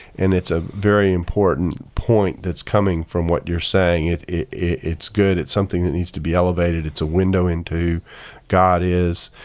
and it's a very important point that's coming from what you're saying. it's it's good, it's something that needs to be elevated, it's a window into who god is.